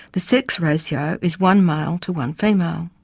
the sex ratio is one male to one female.